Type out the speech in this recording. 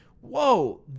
whoa